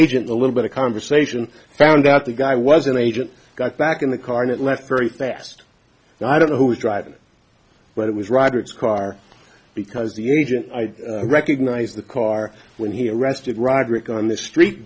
agent a little bit of conversation found out the guy was an agent got back in the car not left very fast i don't know who was driving but it was roderick's car because the agent i recognized the car when he arrested roderick on the street